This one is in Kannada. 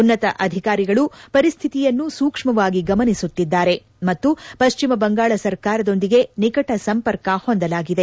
ಉನ್ನತ ಅಧಿಕಾರಿಗಳು ಪರಿಸ್ಥಿತಿಯನ್ನು ಸೂಕ್ಷ್ಮವಾಗಿ ಗಮನಿಸುತ್ತಿದ್ದಾರೆ ಮತ್ತು ಪಶ್ಚಿಮ ಬಂಗಾಳ ಸರ್ಕಾರದೊಂದಿಗೆ ನಿಕಟ ಸಂಪರ್ಕ ಹೊಂದಲಾಗಿದೆ